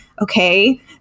okay